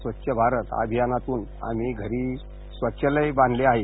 स्वच्छ भारत अभियानातून आम्ही घरी स्वच्छालय बांधले आहे